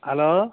hello